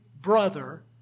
brother